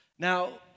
Now